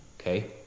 okay